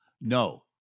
No